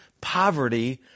poverty